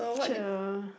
cheer